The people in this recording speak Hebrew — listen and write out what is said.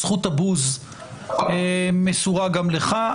זכות בוז מסורה גם לך.